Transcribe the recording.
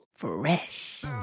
Fresh